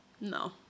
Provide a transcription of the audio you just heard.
No